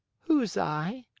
who's i?